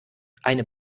eine